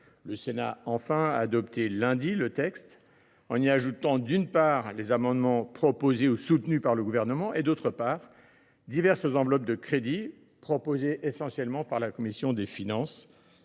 Le Sénat, enfin, a adopté le texte lundi en y ajoutant, d’une part, des amendements proposés ou soutenus par le Gouvernement et, d’autre part, diverses enveloppes de crédits proposées essentiellement par la commission des finances.